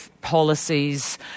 policies